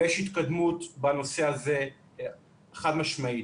יש התקדמות בנושא הזה, חד משמעית.